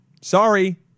Sorry